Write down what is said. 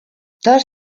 todas